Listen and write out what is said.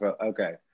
Okay